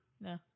No